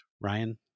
Ryan